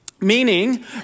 Meaning